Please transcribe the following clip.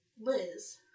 Liz